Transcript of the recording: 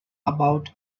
about